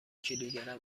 کیلوگرم